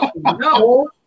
No